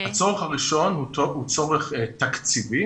דוח רבעון ב' הוא מאפריל עד יוני,